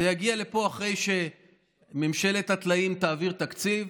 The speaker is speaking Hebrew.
זה יגיע לפה אחרי שממשלת הטלאים תעביר תקציב.